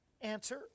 answer